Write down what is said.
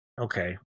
Okay